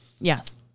Yes